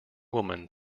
woman